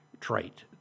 trait